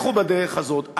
לכו בדרך הזאת,